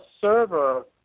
server